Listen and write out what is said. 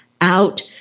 out